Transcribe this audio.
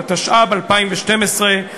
התשע"ב 2012,